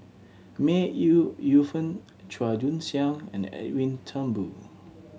May Yu Fen Chua Joon Siang and Edwin Thumboo